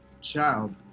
Child